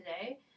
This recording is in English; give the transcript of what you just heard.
today